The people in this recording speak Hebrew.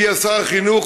הגיע שר החינוך,